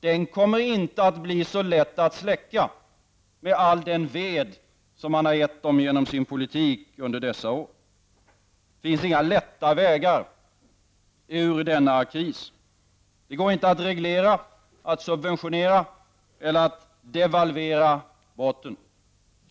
Denna brasa, med all den ved den har fått genom socialdemokraternas politik under dessa år, kommer inte att bli så lätt att släcka. Det finns inga lätta vägar ut ur denna kris. Det går inte att reglera, att subventionera eller att devalvera bort den.